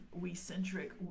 we-centric